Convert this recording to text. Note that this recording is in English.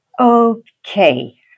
Okay